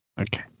okay